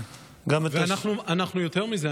יותר מזה,